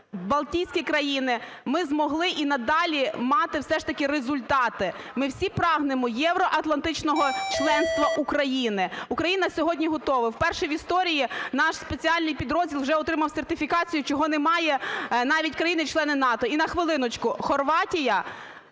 Балтійські країни, ми змогли і надалі мати все ж таки результати. Ми всі прагнемо євроатлантичного членства України. Україна сьогодні готова, вперше в історії наш спеціальний підрозділ вже отримав сертифікацію, чого не мають навіть країни-члени НАТО. І на хвилиночку, Хорватія,